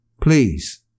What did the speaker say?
Please